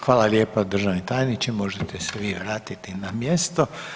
Hvala lijepa državni tajniče, možete se vi vratiti na mjesto.